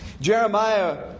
Jeremiah